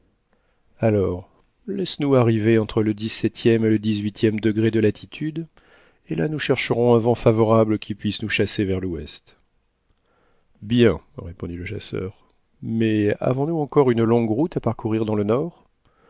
alors laisse-nous arriver entre le dix-septième et le dix-huitième degré de latitude et là nous chercherons un vent favorable qui puisse nous chasser vers l'ouest bien répondit le chasseur mais avons-nous encore une longue route à parcourir dans le nord